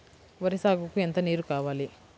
వరి సాగుకు ఎంత నీరు కావాలి?